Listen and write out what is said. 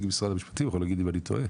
ממשרד המשפטים יכול להגיד אם אני טועה